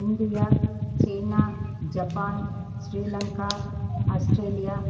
India China Japan Sri Lanka Australia